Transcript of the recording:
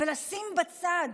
ולשים בצד